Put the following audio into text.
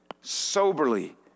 soberly